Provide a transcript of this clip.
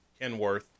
Kenworth